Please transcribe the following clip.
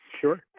Sure